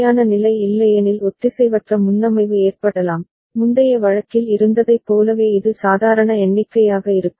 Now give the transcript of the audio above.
சரியான நிலை இல்லையெனில் ஒத்திசைவற்ற முன்னமைவு ஏற்படலாம் முந்தைய வழக்கில் இருந்ததைப் போலவே இது சாதாரண எண்ணிக்கையாக இருக்கும்